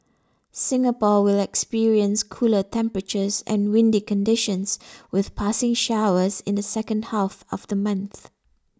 Singapore will experience cooler temperatures and windy conditions with passing showers in the second half of the month